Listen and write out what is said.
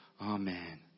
Amen